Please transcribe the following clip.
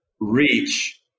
reach